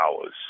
hours